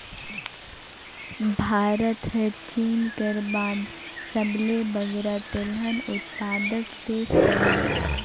भारत हर चीन कर बाद सबले बगरा तिलहन उत्पादक देस हवे